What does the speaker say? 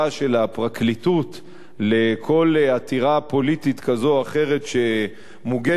הפרקליטות על כל עתירה פוליטית כזו או אחרת שמוגשת,